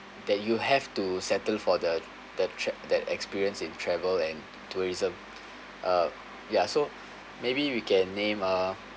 that you have to settle for the the trip that experience in travel and tourism uh ya so maybe we can name uh